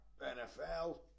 NFL